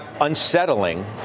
unsettling